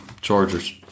Chargers